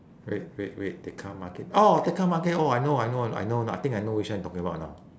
wait wait wait tekka market oh tekka market oh I know I know I know I think I know which one you talking about now